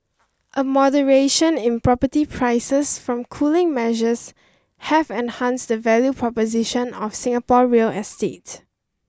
a moderation in property prices from cooling measures have enhanced the value proposition of Singapore real estate